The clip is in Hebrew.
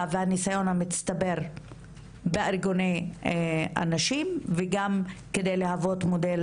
והניסיון המצטבר בארגוני הנשים וגם כדי להוות מודל